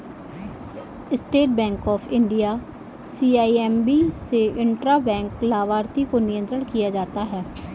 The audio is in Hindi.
state bank of India CIMB से इंट्रा बैंक लाभार्थी को नियंत्रण किया जाता है